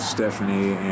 Stephanie